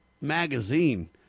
magazine